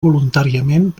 voluntàriament